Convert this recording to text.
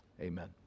Amen